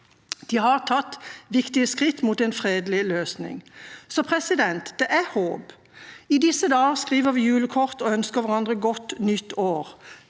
De har tatt viktige skritt mot en fredelig løsning. Det er altså håp. I disse dager skriver vi julekort og ønsker hverandre godt nytt år.